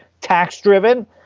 tax-driven